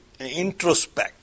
introspect